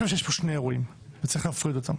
שיש שני אירועים וצריך להפריד אותם.